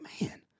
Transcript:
man